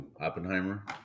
Oppenheimer